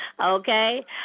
Okay